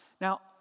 Now